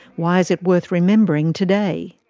why is it worth remembering today?